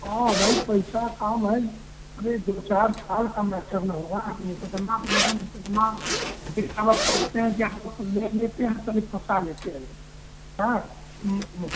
हाँ भाई पैसा का काम है अरे दो चार साल का मेटर ना हुआ वह कितना मतलब कितना कि समझ सकते हैं कि को ले लेते हैं कभी फँसा लेते हैं हाँ